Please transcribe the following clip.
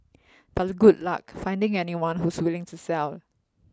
but good luck finding anyone who's willing to sell